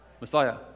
Messiah